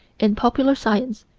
in popular science,